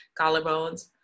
collarbones